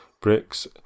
bricks